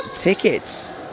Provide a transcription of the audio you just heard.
tickets